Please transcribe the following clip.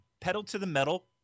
pedal-to-the-metal